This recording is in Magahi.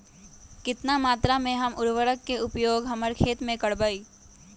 कितना मात्रा में हम उर्वरक के उपयोग हमर खेत में करबई?